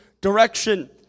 direction